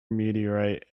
meteorite